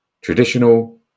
traditional